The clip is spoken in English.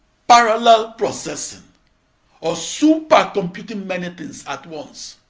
parallel processing or supercomputing many things at once,